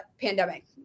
pandemic